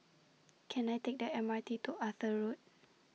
Can I Take The M R T to Arthur Road